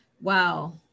Wow